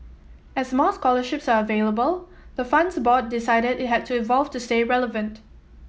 as more scholarships are available the fund's board decided it had to evolve to stay relevant